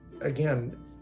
again